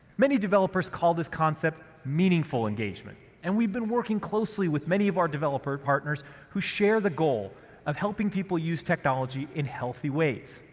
many developers call this concept meaningful engagement. and we've been working closely with many of our developer partners who share the goal of helping people use technology in healthy ways.